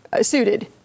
suited